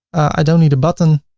i don't need a button.